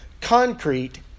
concrete